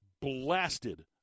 blasted